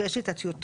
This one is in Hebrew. ויש לי את הטיוטות,